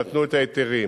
שנתנו את ההיתרים